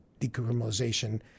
decriminalization